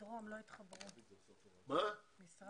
ניתן